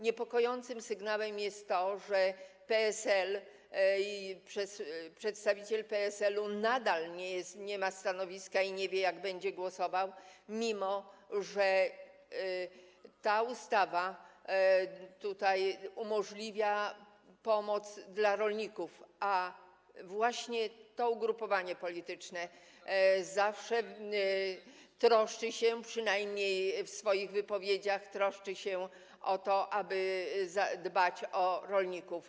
Niepokojącym sygnałem jest to, że przedstawiciel PSL-u nadal nie ma stanowiska i nie wie, jak będzie głosował, mimo że ta ustawa umożliwia pomoc dla rolników, a właśnie to ugrupowanie polityczne zawsze troszczy się, przynajmniej w swoich wypowiedziach troszczy się o to, aby dbać o rolników.